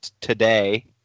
today